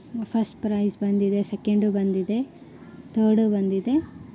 first prize ಬಂದಿದೆ second ಬಂದಿದೆ third ಬಂದಿದೆ